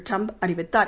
Trump அறிவித்தார்